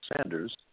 Sanders